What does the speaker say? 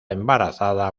embarazada